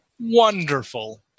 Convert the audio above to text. Wonderful